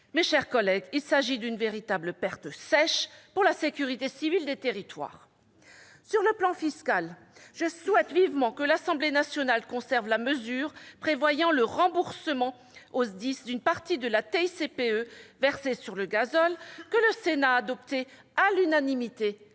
Mes chers collègues, il s'agit d'une véritable perte sèche pour la sécurité civile des territoires. Sur le plan fiscal, je souhaite vivement que l'Assemblée nationale conserve la mesure prévoyant le remboursement aux SDIS d'une partie de la taxe intérieure de consommation sur les produits